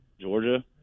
Georgia